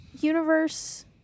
universe